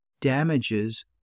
damages